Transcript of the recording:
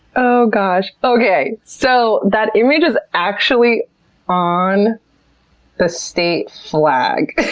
oh, gosh. okay. so, that image is actually on the state flag.